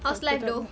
how's life though